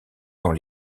dans